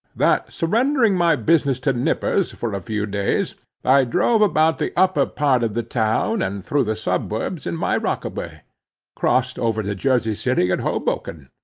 that, surrendering my business to nippers, for a few days i drove about the upper part of the town and through the suburbs, in my rockaway crossed over to jersey city and hoboken,